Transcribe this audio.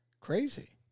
crazy